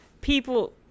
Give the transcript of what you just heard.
People